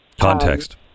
context